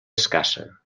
escassa